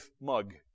mug